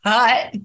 Cut